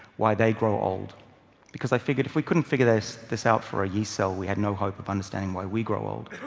why they grow old because, i figured, if we couldn't figure this this out for a yeast cell, we had no hope of understanding why we grow old.